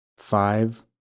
Five